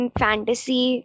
fantasy